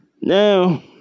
Now